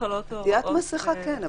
חלות ההוראות ---- עטית מסיכה כן,